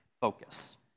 focus